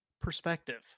Perspective